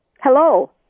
Hello